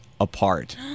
apart